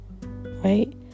Right